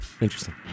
Interesting